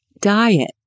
diet